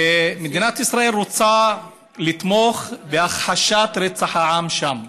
ומדינת ישראל רוצה לתמוך בהכחשת רצח העם שם.